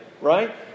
right